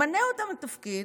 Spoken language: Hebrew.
ממנה אותם לתפקיד,